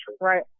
right